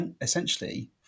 essentially